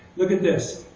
look at this.